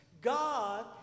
God